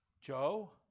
Joe